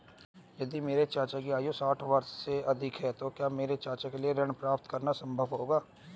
यदि मेरे चाचा की आयु साठ वर्ष से अधिक है तो क्या मेरे चाचा के लिए ऋण प्राप्त करना संभव होगा?